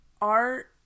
art